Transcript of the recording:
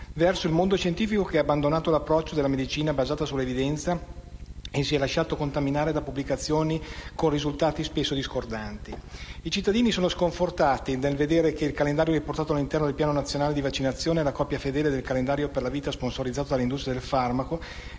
verso il mondo scientifico, che ha abbandonato l'approccio della medicina basata sull'evidenza e si è lasciato contaminare da pubblicazioni con risultati spesso discordanti. I cittadini sono sconfortati nel vedere che il calendario riportato all'interno del Piano nazionale di vaccinazione è la copia fedele del Calendario per la vita sponsorizzato dalle industrie del farmaco